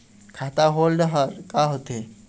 खाता होल्ड हर का होथे?